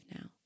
now